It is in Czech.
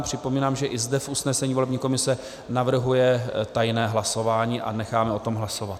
Připomínám, že i zde v usnesení volební komise navrhuje tajné hlasování, a necháme o tom hlasovat.